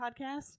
Podcast